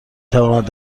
تواند